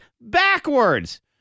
backwards